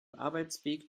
arbeitsweg